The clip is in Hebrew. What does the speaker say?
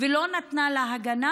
ולא נתנה לה הגנה,